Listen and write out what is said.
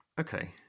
Okay